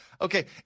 okay